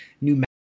New